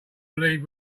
leave